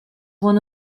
one